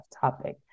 topic